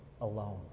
alone